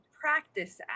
practice